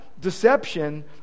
deception